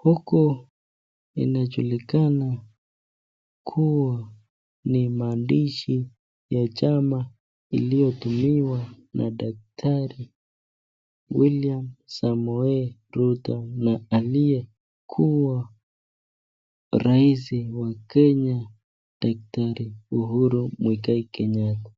Huku inajulikana kuwa ni maandishi ya chama iliyotumiwa na daktari William Samoei Ruto na aliyekuwa rais wa Kenya daktari Uhuru Mwigai Kenyatta ,